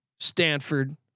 Stanford